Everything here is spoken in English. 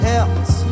else